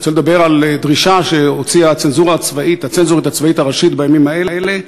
אני רוצה לדבר על דרישה שהוציאה הצנזורית הצבאית הראשית בימים האלה,